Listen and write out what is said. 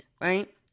Right